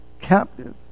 captive